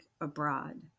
abroad